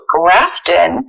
Grafton